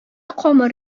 камыр